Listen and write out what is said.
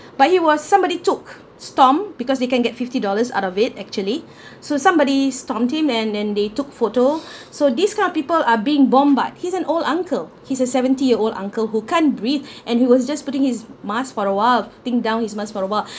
but he was somebody took stomp because they can get fifty dollars out of it actually so somebody stomped him and then they took photo so these kind of people are being bombard he's an old uncle he's a seventy year old uncle who can't breathe and he was just putting his mask for a while putting down his mask for a while